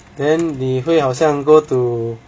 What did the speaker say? then 你会好像 go to